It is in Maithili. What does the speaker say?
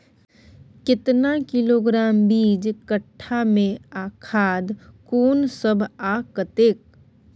केतना किलोग्राम बीज कट्ठा मे आ खाद कोन सब आ कतेक?